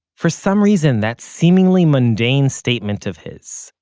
for some reason, that seemingly mundane statement of his,